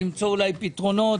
ולמצוא אולי פתרונות